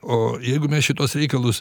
o jeigu mes šituos reikalus